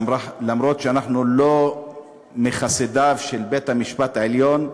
למרות שאנחנו לא מחסידיו של בית-המשפט העליון.